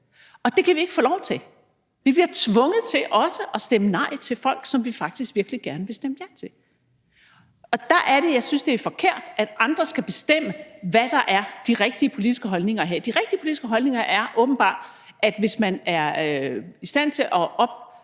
og det kan vi ikke få lov til. Vi bliver tvunget til også at stemme nej til folk, som vi faktisk virkelig gerne vil stemme ja til. Der er det, jeg synes, det er forkert, at andre skal bestemme, hvad der er de rigtige politiske holdninger at have. De rigtige politiske holdninger er åbenbart, at hvis man er i stand til at opfylde